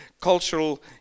cultural